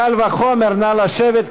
קל וחומר נא לשבת,